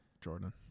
jordan